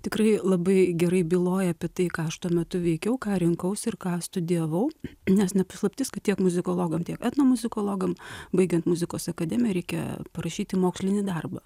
tikrai labai gerai byloja apie tai ką aš tuo metu veikiau ką rinkausi ir ką studijavau nes ne paslaptis kad tiek muzikologam tiek etnomuzikologam baigiant muzikos akademiją reikia parašyti mokslinį darbą